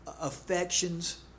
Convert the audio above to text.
affections